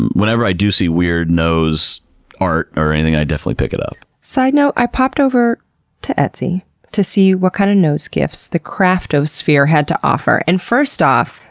and whenever i do see weird nose art or anything, i definitely pick it up. side note, i popped on over to etsy to see what kind of nose gifts the craftosphere had to offer and first off,